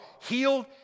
healed